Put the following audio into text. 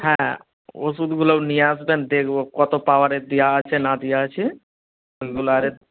হ্যাঁ ওষুধগুলোও নিয়ে আসবেন দেখব কত পাওয়ারের দেওয়া আছে না দেওয়া আছে ওইগুলো আরে